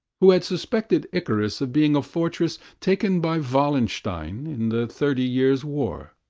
who had suspected icarus of being a fortress taken by wallenstein in the thirty years' war,